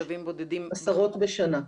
עשרות בשנה.